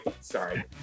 Sorry